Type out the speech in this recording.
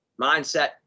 mindset